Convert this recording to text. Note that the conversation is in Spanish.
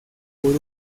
por